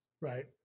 right